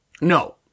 No